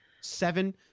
seven